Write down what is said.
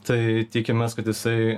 tai tikimės kad jisai